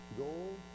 gold